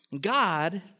God